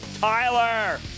Tyler